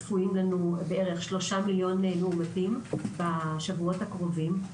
צפויים לנו בערך 3 מיליון מאומתים בשבועות הקרובים.